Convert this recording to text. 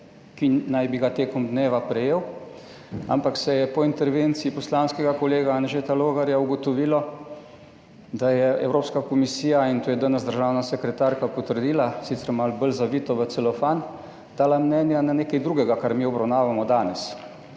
ki naj bi ga prejel čez dan, ampak se je po intervenciji poslanskega kolega Anžeta Logarja ugotovilo, da je Evropska komisija, in to je danes državna sekretarka potrdila, sicer malo bolj zavito v celofan, dala mnenje o nečem drugem, kar mi obravnavamo danes,